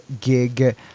gig